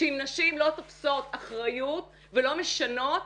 שאם נשים לא תופסות אחריות ולא משנות,